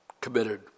committed